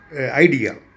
idea